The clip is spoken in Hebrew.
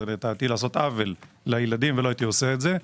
לדעתי זה לעשות עוול לילדים ולא הייתי עושה את זה.